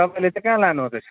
तपाईँले चाहिँ कहाँ लानुहुँदैछ